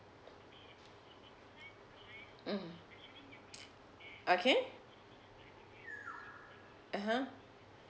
mm okay (uh huh)